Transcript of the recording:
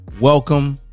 welcome